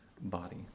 body